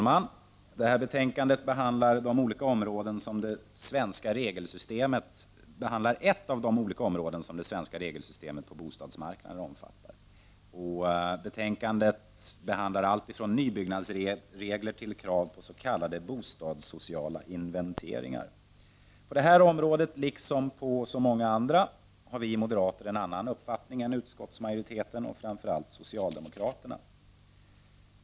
Herr talman! I detta betänkande behandlas ett av de områden som det svenska regelsystemet på bostadsmarknaden omfattar. I betänkandet behandlas allt från nybyggnadsregler till krav på s.k. bostadssociala inventeringar. På detta område, liksom på så många andra, har vi moderater en annan uppfattning än utskottsmajoriteten och framför allt socialdemokraterna.